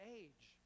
age